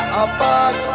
apart